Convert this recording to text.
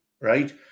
right